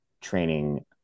training